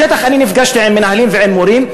בשטח אני נפגשתי עם מנהלים ועם מורים,